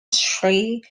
shri